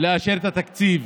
לאשר את התקציב